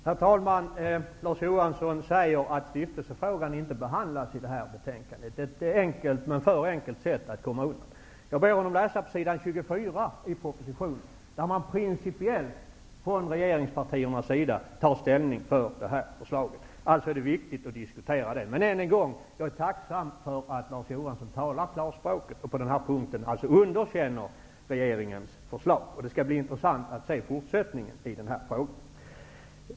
Herr talman! Larz Johansson säger att stiftelsefrågan inte behandlas i detta betänkande -- ett alltför enkelt sätt att komma undan. Jag ber honom att läsa s. 24 i propositionen, där man principiellt från regeringspartiernas sida tar ställning för detta förslag. Den frågan är alltså viktig att diskutera. Jag vill än en gång säga att jag är tacksam för att Larz Johansson talar klarspråk och på denna punkt underkänner regeringens förslag. Det skall bli intressant att se fortsättningen i denna fråga.